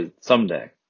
someday